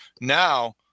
now